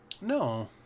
No